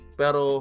pero